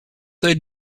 they